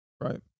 Right